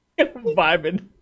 Vibing